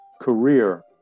career